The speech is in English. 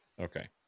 Okay